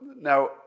now